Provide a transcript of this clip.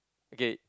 okay